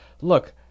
look